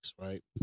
right